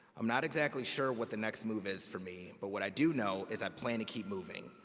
i'm not exactly sure what the next move is for me, but what i do know is i plan to keep moving.